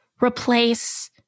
replace